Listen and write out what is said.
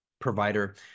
provider